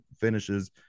finishes